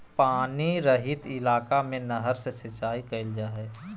पानी रहित इलाका में नहर से सिंचाई कईल जा हइ